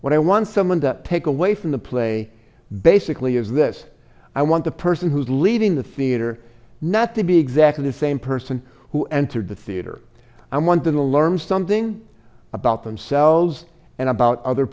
what i want someone to take away from the play basically is this i want the person who's leading the theater not to be exactly the same person who entered the theater i want to learn something about themselves and about other